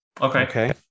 Okay